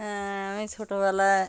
হ্যাঁ আমি ছোটোবেলায়